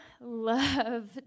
love